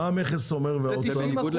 מה המכס והאוצר אומרים?